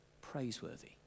praiseworthy